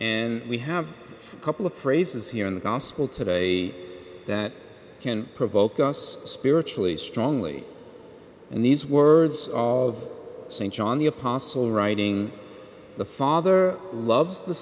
and we have a couple of phrases here in the gospel today that can provoke us spiritually strongly in these words of st john the apostle writing the father loves the